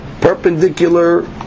perpendicular